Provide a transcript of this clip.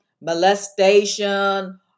molestation